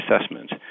assessment